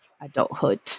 adulthood